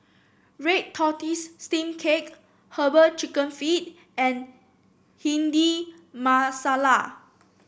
Red Tortoise Steamed Cake herbal chicken feet and Bhindi Masala